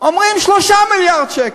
אומרים: 3 מיליארד שקל.